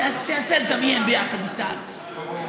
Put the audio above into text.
תנסה לדמיין יחד איתנו.